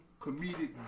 comedic